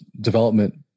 development